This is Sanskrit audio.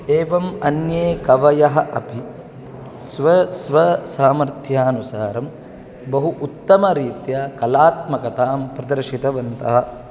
एवम् अन्ये कवयः अपि स्वस्वसामर्थ्यानुसारं बहु उत्तमरीत्या कलात्मकतां प्रदर्शितवन्तः